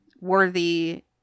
worthy